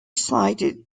sided